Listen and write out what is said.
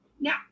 Now